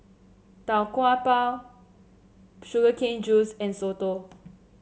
Tau Kwa Pau Sugar Cane Juice and soto